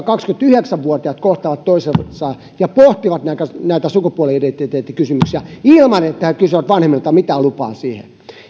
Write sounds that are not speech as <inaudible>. <unintelligible> kaksikymmentäyhdeksän vuotiaat kohtaavat toisensa ja pohtivat näitä näitä sukupuoli identiteettikysymyksiä ilman että he kysyvät vanhemmiltaan mitään lupaa siihen